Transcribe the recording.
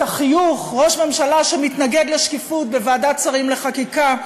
החיוך: ראש ממשלה שמתנגד לשקיפות בוועדת השרים לחקיקה,